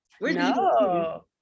no